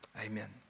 Amen